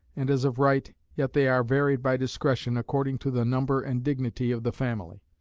and as of right, yet they are varied by discretion, according to the number and dignity of the family.